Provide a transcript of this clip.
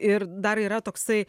ir dar yra toksai